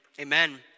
amen